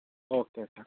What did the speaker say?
okay sir